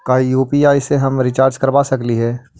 का यु.पी.आई से हम रिचार्ज करवा सकली हे?